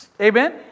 Amen